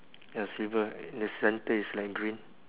ya silver in the center it's like green